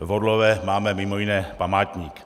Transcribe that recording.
V Orlové máme mimo jiné památník.